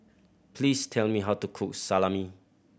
please tell me how to cook Salami